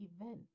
event